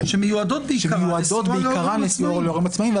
-- שמיועדות בעיקרן לסיוע להורים עצמאיים.